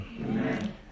Amen